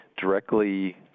directly